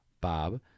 Bob